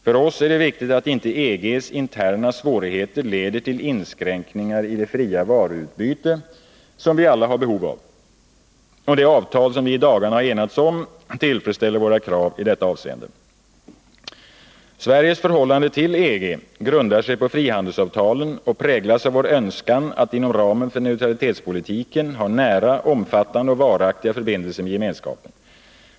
För oss är det viktigt att inte EG:s interna svårigheter leder till inskränkningar i det fria varuutbyte som vi alla har behov av. Det avtal vi i dagarna enats om tillfredsställer våra krav i detta hänseende. Sveriges förhållande till EG grundar sig på frihandelsavtalen och präglas av vår önskan att inom ramen för neutralitetspolitiken ha nära, omfattande och varaktiga förbindelser med Gemenskapen.